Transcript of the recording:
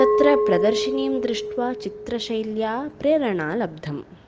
तत्र प्रदर्शिनीं दृष्ट्वा चित्रशैल्या प्रेरणा लब्धं